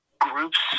Groups